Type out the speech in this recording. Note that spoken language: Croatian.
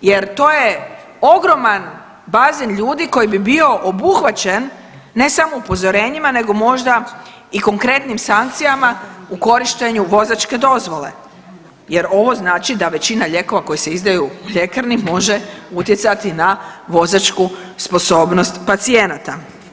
jer to je ogroman bazen ljudi koji bi bio obuhvaćen ne samo upozorenjima nego možda i konkretnim sankcijama u korištenju vozačke dozvole jer ovo znači da većina lijekova koji se izdaju u ljekarni može utjecati na vozačku sposobnost pacijenata.